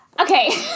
Okay